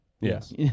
Yes